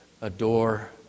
adore